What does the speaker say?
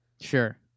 Sure